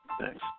Thanks